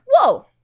whoa